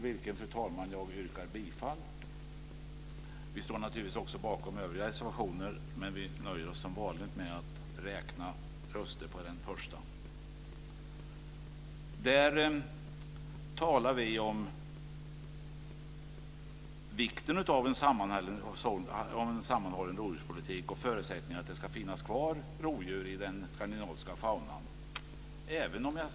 Vi står naturligtvis också bakom övriga reservationer, men jag nöjer mig med att yrka bifall till den första. I denna reservation talar vi om vikten av en sammanhållen rovdjurspolitik och förutsättningar för att det ska finnas kvar rovdjur i den skandinaviska faunan.